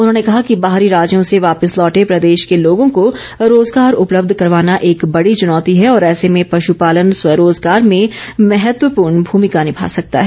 उन्होंने कहा कि बाहरी राज्यों से वापिस लौटे प्रदेश के लोगों को रोजगार उपलब्ध करवाना एक बड़ी चुनौती है और ऐसे में पशुपालन स्वरोजगार में महत्वपूर्ण भूमिका निभा सकता है